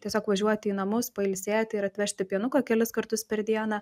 tiesiog važiuoti į namus pailsėti ir atvežti pienuką kelis kartus per dieną